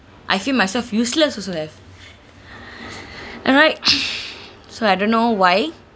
I feel myself useless also have alright so I don't know why